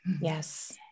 Yes